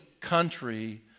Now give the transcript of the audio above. country